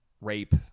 rape